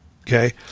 Okay